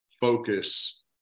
focus